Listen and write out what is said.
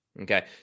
Okay